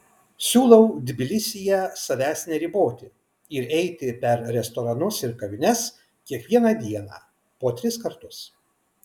siūlau tbilisyje savęs neriboti ir eiti per restoranus ir kavines kiekvieną dieną po tris kartus